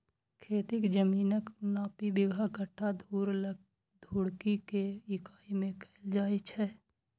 खेतीक जमीनक नापी बिगहा, कट्ठा, धूर, धुड़की के इकाइ मे कैल जाए छै